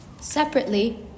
Separately